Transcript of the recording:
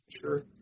Sure